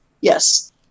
Yes